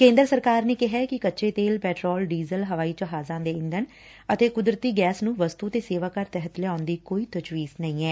ਕੇਂਦਰ ਸਰਕਾਰ ਨੇ ਕਿਹੈ ਕਿ ਕੱਚੇ ਤੇਲ ਪੈਟਰੋਲ ਡੀਜ਼ਲ ਹਵਾਈ ਜਹਾਜ਼ਾਂ ਦੇ ਈਧਣ ਅਤੇ ਕੁਦਰਤੀ ਗੈਸ ਨੁੰ ਵਸਤੁ ਤੇ ਸੇਵਾ ਕਰ ਤਹਿਤ ਲਿਆਉਣ ਦੀ ਕੋਈ ਤਜਵੀਜ਼ ਨਹੀਂ ਐ